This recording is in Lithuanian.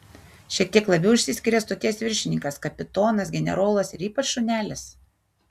šiek tiek labiau išsiskiria stoties viršininkas kapitonas generolas ir ypač šunelis